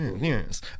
yes